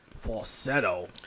Falsetto